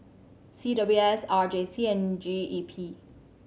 C W S R J C and G E P